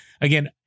again